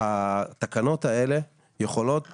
התקנות האלה יכולות